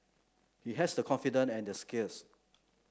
he has the confidence and the skills